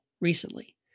recently